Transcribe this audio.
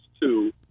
two